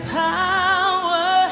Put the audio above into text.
power